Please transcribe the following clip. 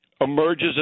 emerges